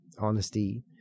honesty